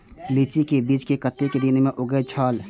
लीची के बीज कै कतेक दिन में उगे छल?